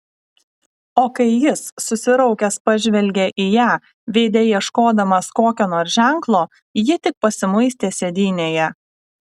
o kai jis susiraukęs pažvelgė į ją veide ieškodamas kokio nors ženklo ji tik pasimuistė sėdynėje